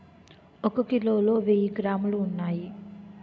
ఒక కిలోలో వెయ్యి గ్రాములు ఉన్నాయి